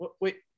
wait